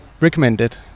recommended